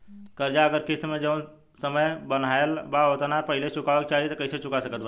कर्जा अगर किश्त मे जऊन समय बनहाएल बा ओतना से पहिले चुकावे के चाहीं त कइसे चुका सकत बानी?